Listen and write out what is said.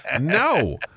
no